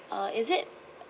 uh is it